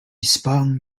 spun